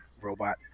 robot